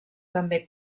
també